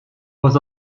was